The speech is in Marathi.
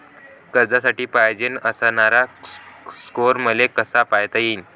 कर्जासाठी पायजेन असणारा स्कोर मले कसा पायता येईन?